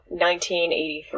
1983